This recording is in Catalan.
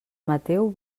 mateu